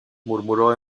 murmuró